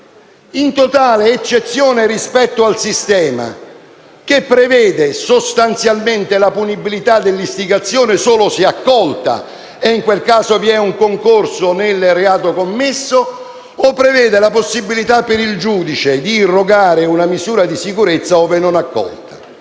in totale eccezione rispetto al sistema, che prevede la punibilità dell'istigazione solo se accolta - e in quel caso vi è un concorso nel reato commesso - o la possibilità per il giudice di irrogare una misura di sicurezza ove non accolta.